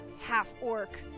half-orc